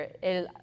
El